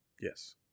Yes